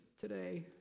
today